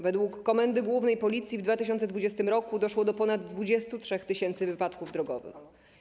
Według Komendy Głównej Policji w 2020 r. doszło do ponad 23 tys. wypadków drogowych.